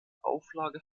auflage